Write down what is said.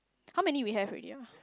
how many we have already ah